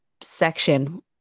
section